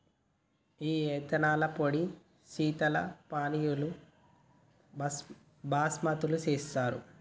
గీ యిత్తనాల పొడితో శీతల పానీయాలు బిస్కత్తులు సెత్తారు